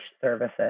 services